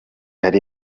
hari